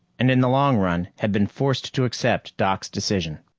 and in the long run had been forced to accept doc's decision.